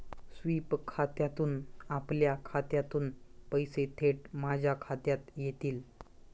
sweep खात्यातून आपल्या खात्यातून पैसे थेट माझ्या खात्यात येतील